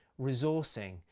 resourcing